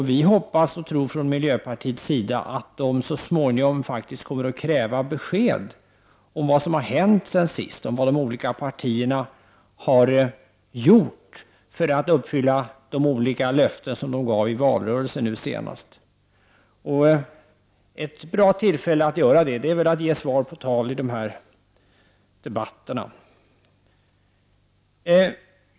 Vi hoppas och tror från miljöpartiets sida att dessa människor så småningom kommer att kräva besked om vad som har hänt efter förra valet, vad de olika partierna har gjort för att uppfylla de olika löften som de gav i den senaste valrörelsen. Det är väl ett bra tillfälle att i dessa debatter ge svar på tal.